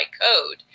code